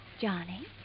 Johnny